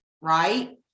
right